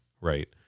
right